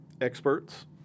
experts